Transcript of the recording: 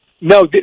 no